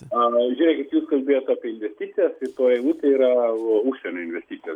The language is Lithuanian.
a žiūrėkit kalbėt apie investicijas tai toj eilutėj yra užsienio investicijos